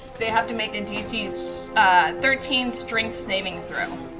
they have to make a dc thirteen strength saving throw.